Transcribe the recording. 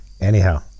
Anyhow